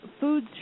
food